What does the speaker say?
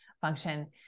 function